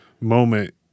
moment